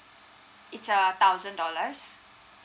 it's err thousand dollar